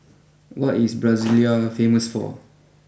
what is Brasilia famous for